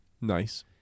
Nice